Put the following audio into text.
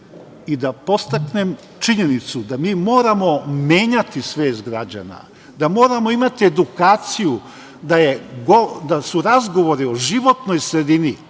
i da podstaknem činjenicu da mi moramo menjati svest građana, da moramo imati edukaciju, da su razgovori o životnoj sredini,